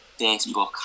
Facebook